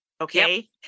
Okay